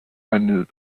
ein